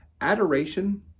Adoration